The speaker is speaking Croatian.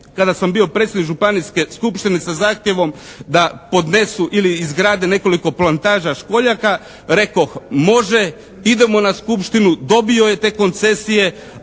kada sam bio predsjednik županijske skupštine za zahtjevom da podnesu ili izgrade nekoliko plantaža školjaka. Rekoh može, idemo na skupštinu, dobio je te koncesije,